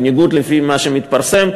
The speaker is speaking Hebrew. בניגוד למה שמתפרסם,